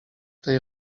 tej